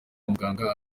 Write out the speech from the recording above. muganga